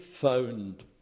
found